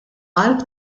qalb